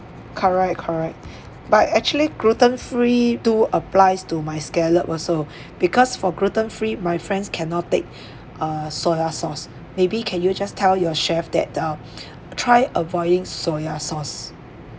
correct correct but actually gluten free too applies to my scallop also because for gluten free my friends cannot take uh soya sauce maybe can you just tell your chef that um try avoiding soya sauce